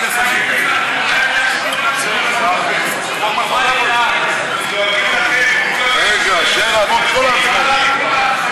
אני קובע כי הצעת החוק לא עברה.